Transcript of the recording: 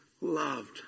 loved